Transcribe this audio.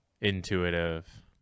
intuitive